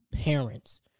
parents